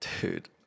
Dude